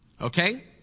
Okay